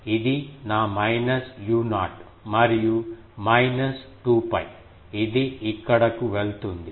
ఇది నా minus u0 మరియు మైనస్ 2 𝜋 ఇది ఇక్కడకు వెళ్తుంది